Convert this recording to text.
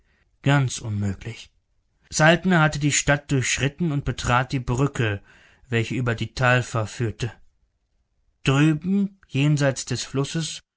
ganz unmöglich saltner hatte die stadt durchschritten und betrat die brücke welche über die talfer führt drüben jenseits des flusses